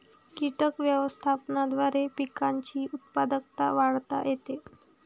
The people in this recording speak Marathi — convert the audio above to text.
कीटक व्यवस्थापनाद्वारे पिकांची उत्पादकता वाढवता येते